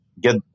get